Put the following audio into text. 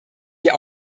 wir